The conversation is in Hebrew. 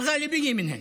זה רובן.)